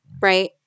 Right